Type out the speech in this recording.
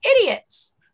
idiots